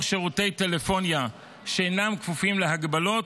שירותי טלפוניה שאינם כפופים להגבלות,